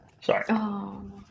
sorry